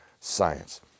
science